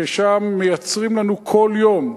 ששם מייצרים לנו כל יום,